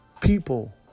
People